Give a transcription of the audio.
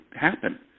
happen